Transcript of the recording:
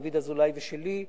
דוד אזולאי ושלי,